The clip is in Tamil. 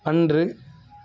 அன்று